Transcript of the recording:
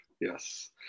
Yes